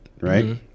right